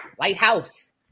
Lighthouse